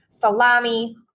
salami